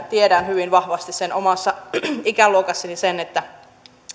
tiedän hyvin vahvasti omassa ikäluokassani sen että